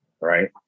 right